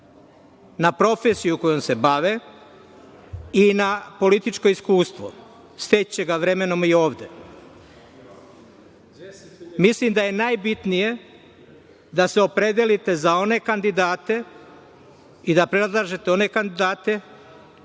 na profesiju kojom se bave i na političko iskustvo. Steći će ga vremenom i ovde. Mislim da je najbitnije da se opredelite za one kandidate i da predlažete one kandidate